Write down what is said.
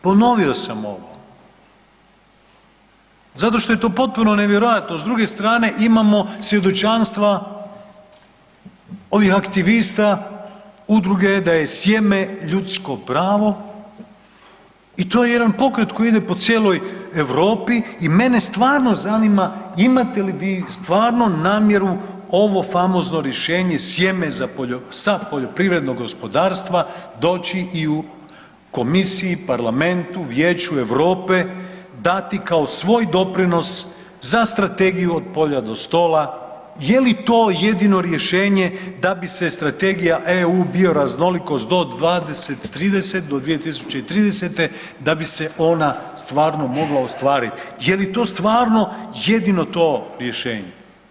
Ponovio sam ovo zato što je to potpuno nevjerojatno, s druge strane imamo svjedočanstva ovih aktivista udruge da je sjeme ljudsko pravo i to je jedan pokret koji ide po cijeloj Europi i mene stvarno zanima imate li vi stvarno namjeru ovo famozno rješenje sjeme sa poljoprivrednog gospodarstva doći i u komisiji, parlamentu, Vijeću Europe, dati kao svoj doprinos za strategiju „Od polja do stola“, je li to jedino rješenje da bi se Strategija EU bioraznolikost do 20-30, do 2030. da bi se ona stvarno mogla ostvariti, je li to stvarno jedino to rješenje?